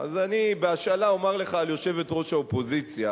אני בהשאלה אומר לך על יושבת-ראש האופוזיציה,